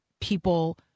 people